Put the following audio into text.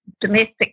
domestic